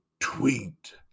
Tweet